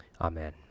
Amen